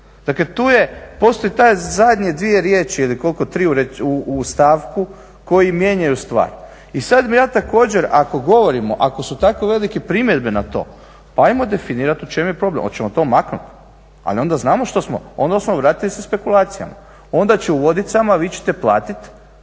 Dakle, tu je, postoje te zadnje dvije riječi ili koliko, tri u stavku koje mijenjaju stvar. I sada bih ja također ako govorimo, ako su tako velike primjedbe na to pa ajmo definirati u čemu je problem. Hoćemo to maknuti? Ali onda znamo što smo, onda smo vratili se spekulacijama. Onda će u Vodicama, vi ćete platiti,